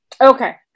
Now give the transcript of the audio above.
Okay